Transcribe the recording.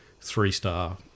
three-star